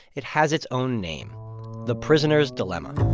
it has its own name the prisoner's dilemma